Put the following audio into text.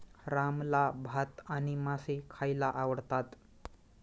रामला भात आणि मासे खायला आवडतात